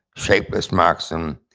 shapeless moccasin,